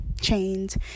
chains